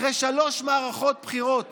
אחרי שלוש מערכות בחירות